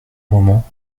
moment